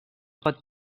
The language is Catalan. pot